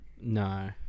No